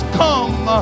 come